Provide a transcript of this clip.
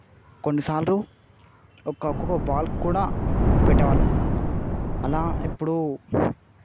కొన్ని సార్లు ఒక కొకు బాల్ కూడా పెట్టేవాళ్ళం అలా ఇప్పుడు